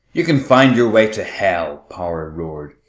you can find your way to hell! power roared.